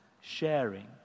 sharing